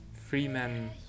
freeman